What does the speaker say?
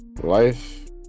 life